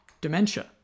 dementia